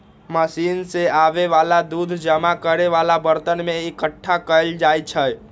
machine से आबे वाला दूध जमा करे वाला बरतन में एकट्ठा कएल जाई छई